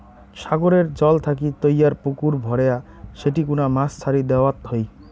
সাগরের জল থাকি তৈয়ার পুকুর ভরেয়া সেটি কুনা মাছ ছাড়ি দ্যাওয়ৎ হই